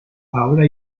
ahora